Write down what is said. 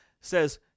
says